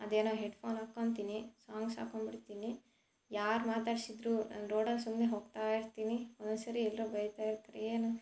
ಅದೇನೋ ಹೆಡ್ಫೋನ್ ಹಾಕ್ಕೊಂಬಿಡ್ತೀನಿ ಸಾಂಗ್ಸ್ ಹಾಕ್ಕೊಂಬಿಡ್ತೀನಿ ಯಾರು ಮಾತಾಡಿಸಿದ್ರು ನಾನು ರೋಡಲ್ಲಿ ಸುಮ್ಮನೆ ಹೋಗ್ತಾ ಇರ್ತೀನಿ ಒಂದೊಂದು ಸರಿ ಎಲ್ಲರು ಬೈತಾ ಇರ್ತಾರೆ ಏನು